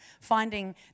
finding